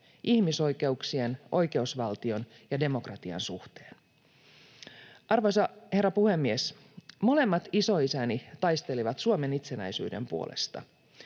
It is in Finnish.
ihmisoikeuksien, oikeusvaltion ja demokra-tian suhteen. Arvoisa herra puhemies! Molemmat isoisäni taistelivat Suomen itsenäisyyden puolesta,